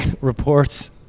reports